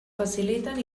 faciliten